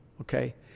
okay